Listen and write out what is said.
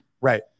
right